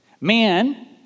man